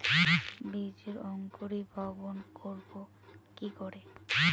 বীজের অঙ্কোরি ভবন করব কিকরে?